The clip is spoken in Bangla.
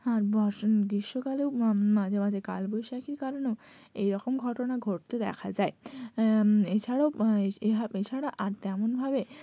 আর বষ গ্রীষ্মকালেও মাঝে মাঝে কালবৈশাখীর কারণেও এই রকম ঘটনা ঘটতে দেখা যায় এছাড়াও এই এছাড়া আর তেমন ভাবে